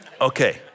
Okay